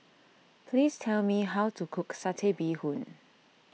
please tell me how to cook Satay Bee Hoon